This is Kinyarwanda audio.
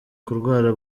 kurwara